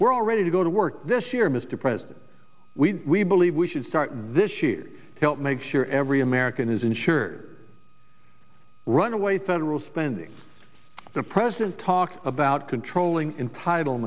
we're all ready to go to work this year mr president we believe we should start this year to help make sure every american is insured runaway federal spending the president talked about controlling entitle